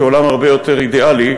כעולם הרבה יותר אידיאלי,